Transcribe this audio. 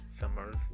summers